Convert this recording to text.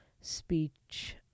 speech